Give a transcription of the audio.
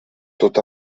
tot